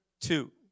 Two